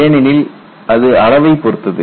ஏனெனில் அது அளவைப் பொறுத்தது